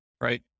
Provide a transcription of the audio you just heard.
right